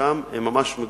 שם הם ממש מגוחכים.